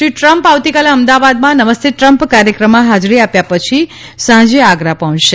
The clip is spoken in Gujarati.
શ્રી ટ્રમ્પ આવતીકાલે અમદાવાદમાં નમસ્તે ટ્રમ્પ કાર્યક્રમમાં હાજરી આપ્યા પછી આવતીકાલે સાંજે આગ્રા પહોંચશે